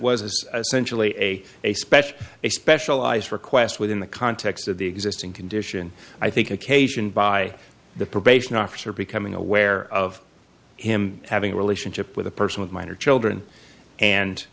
essential a a special a specialized request within the context of the existing condition i think occasioned by the probation officer becoming aware of him having a relationship with a person with minor children and